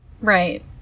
Right